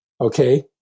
Okay